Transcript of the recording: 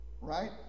right